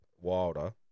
Wilder